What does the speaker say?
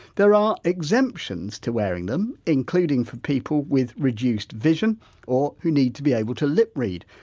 there are exemptions to wearing them, including for people with reduced vision or who need to be able to lip read.